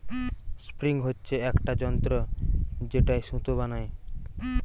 spinning হচ্ছে একটা যন্ত্র যেটায় সুতো বানাই